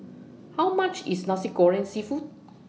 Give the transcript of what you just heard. How much IS Nasi Goreng Seafood